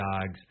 dogs